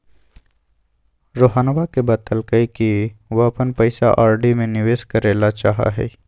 रोहनवा ने बतल कई कि वह अपन पैसा आर.डी में निवेश करे ला चाहाह हई